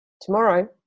tomorrow